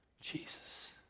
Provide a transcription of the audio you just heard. Jesus